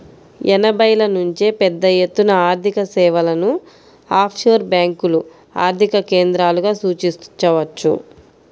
ఎనభైల నుంచే పెద్దఎత్తున ఆర్థికసేవలను ఆఫ్షోర్ బ్యేంకులు ఆర్థిక కేంద్రాలుగా సూచించవచ్చు